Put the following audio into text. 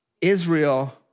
Israel